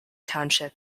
township